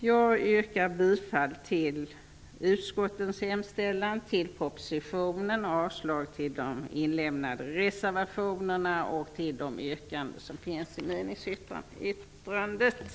Jag yrkar bifall till utskottets hemställan samt avslag på reservationerna och på hemställan i meningsyttringen.